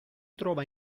trova